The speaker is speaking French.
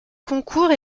concours